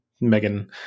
Megan